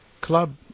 club